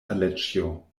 aleĉjo